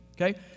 okay